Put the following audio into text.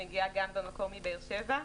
גם מגיעה מהמקור מבאר שבע,